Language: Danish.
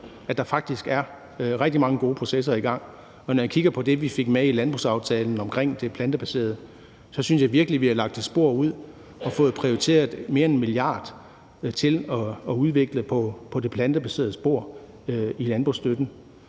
at der faktisk er rigtig mange gode processer i gang. Og når jeg kigger på det, vi fik med i landbrugsaftalen omkring det plantebaserede, synes jeg virkelig, at vi har lagt et spor ud og har fået prioriteret mere end en milliard til at udvikle på det plantebaserede spor i landbrugsstøtten.